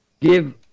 give